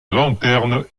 lanterne